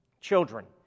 children